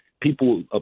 people